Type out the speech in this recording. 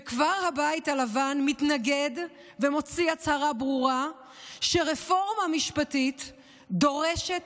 וכבר הבית הלבן מתנגד ומוציא הצהרה ברורה שרפורמה משפטית דורשת